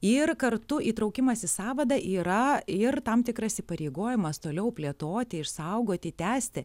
ir kartu įtraukimas į sąvadą yra ir tam tikras įpareigojimas toliau plėtoti išsaugoti tęsti